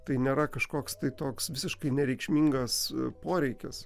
tai nėra kažkoks tai toks visiškai nereikšmingas poreikis